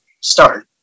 start